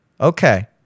Okay